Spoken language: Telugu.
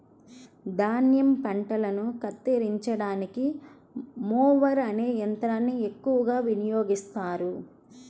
ధాన్యం పంటలను కత్తిరించడానికి మొవర్ అనే యంత్రాన్ని ఎక్కువగా వినియోగిస్తారు